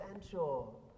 essential